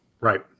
Right